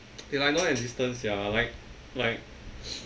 they like non existent sia like like